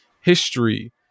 history